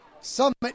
Summit